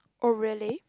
oh really